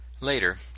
Later